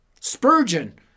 Spurgeon